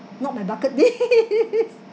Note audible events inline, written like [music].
not my bucket list [laughs]